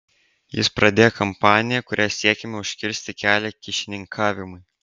jis pradėjo kampaniją kuria siekiama užkirsti kelią kyšininkavimui